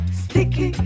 sticky